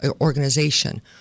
organization